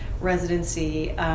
residency